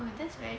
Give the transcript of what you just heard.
oh that's very